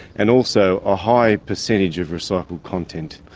and also a high percentage of recycled content.